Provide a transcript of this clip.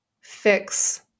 fix